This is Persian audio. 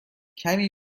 کمی